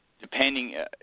depending